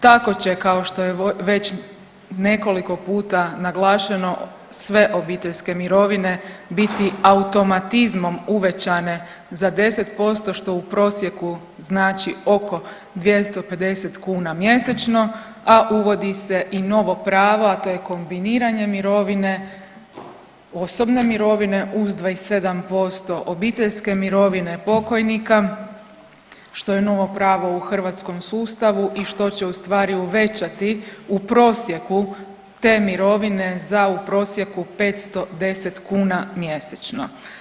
Tako će kao što je već nekoliko puta naglašeno sve obiteljske mirovine biti automatizmom uvećane za 10% što u prosjeku znači oko 250 kuna mjesečno, a uvodi se i novo pravo, a to je kombiniranje mirovine osobne mirovine uz 27% obiteljske mirovine pokojnika što je novo pravo u hrvatskom sustavu i što će ustvari uvećati u prosjeku te mirovine za u prosjeku 510 kuna mjesečno.